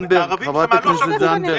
ואת הערבים המדינה לא שלחה.